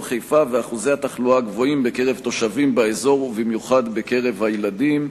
חיפה ואחוזי התחלואה הגבוהים בקרב תושבי האזור ובמיוחד בקרב הילדים.